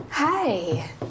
Hi